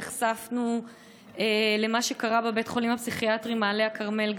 נחשפנו למה שקרה בבית החולים הפסיכיאטרי מעלה הכרמל,